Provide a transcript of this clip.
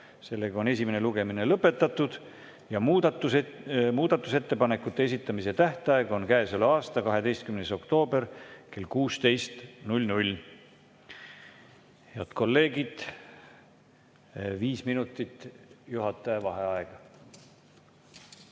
Sellega on esimene lugemine lõpetatud ja muudatusettepanekute esitamise tähtaeg on käesoleva aasta 12. oktoober kell 16.00.Head kolleegid! Viis minutit juhataja vaheaega.V